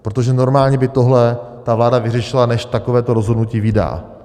Protože normálně by tohle ta vláda vyřešila, než takového rozhodnutí vydá.